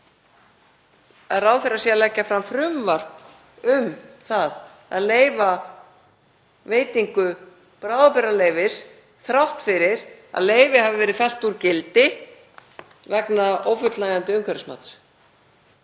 að ráðherra sé að leggja fram frumvarp um að leyfa veitingu bráðabirgðaleyfis þrátt fyrir að leyfi hafi verið fellt úr gildi vegna ófullnægjandi umhverfismats.